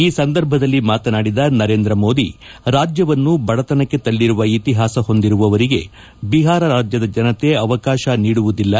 ಈ ಸಂದರ್ಭದಲ್ಲಿ ಮಾತನಾಡಿದ ನರೇಂದ್ರ ಮೋದಿ ರಾಜ್ಞವನ್ನು ಬಡತನಕ್ಕೆ ತಲ್ಲರುವ ಇತಿಹಾಸ ಹೊಂದಿರುವವರಿಗೆ ಬಿಹಾರ ರಾಜ್ಞದ ಜನತೆ ಅವಕಾಶ ನೀಡುವುದಿಲ್ಲ